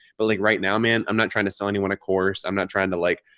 but like right now, man, i'm not trying to sell anyone a course i'm not trying to like,